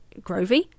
Grovey